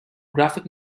graphic